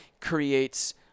creates